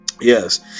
yes